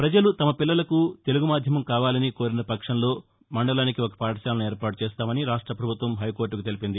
ప్రపజలు తమ పిల్లలకు తెలుగు మాధ్యమం కావాలని కోరిన పక్షంలో మండలానికి ఒక పాఠశాలను ఏర్పాటు చేస్తామని రాష్ట ప్రభుత్వం హైకోర్టకు తెలిపింది